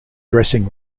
dressing